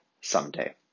Someday